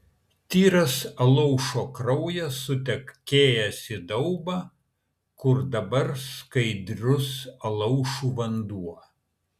tyras alaušo kraujas sutekėjęs į daubą kur dabar skaidrus alaušų vanduo